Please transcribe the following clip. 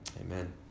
Amen